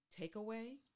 takeaway